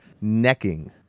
necking